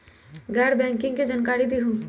गैर बैंकिंग के जानकारी दिहूँ?